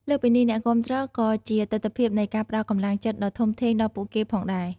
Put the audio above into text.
លើសពីនេះ អ្នកគាំទ្រក៏ជាទិដ្ឋភាពនៃការផ្តល់កម្លាំងចិត្តដ៏ធំធេងដល់ពួកគេផងដែរ។